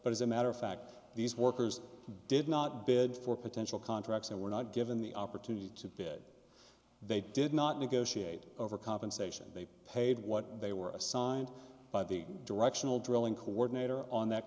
but as a matter of fact these workers did not bid for potential contracts and were not given the opportunity to bed they did not negotiate over compensation they paid what they were assigned by the directional drilling coordinator on that